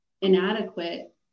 inadequate